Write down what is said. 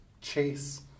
chase